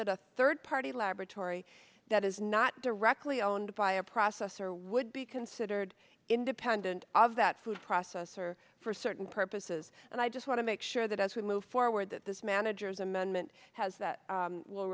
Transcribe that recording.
that a third party laboratory that is not directly owned by a processor would be considered independent of that food processor for certain purposes and i just want to make sure that as we move forward that this manager's amendment has that will